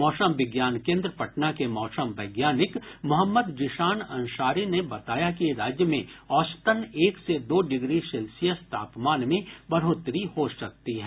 मौसम विज्ञान केन्द्र पटना के मौसम वैज्ञानिक मोहम्मद जीशान अंसारी ने बताया कि राज्य में औसतन एक से दो डिग्री सेल्सियस तापमान में बढ़ोतरी हो सकती है